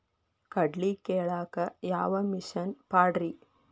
ಕಡ್ಲಿ ಕೇಳಾಕ ಯಾವ ಮಿಷನ್ ಪಾಡ್ರಿ?